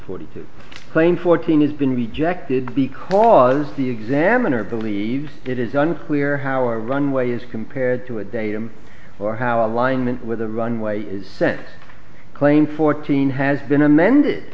forty two claim fourteen has been rejected because the examiner believes it is unclear how runway is compared to a datum or how alignment with the runway is sent claim fourteen has been amended